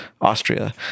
Austria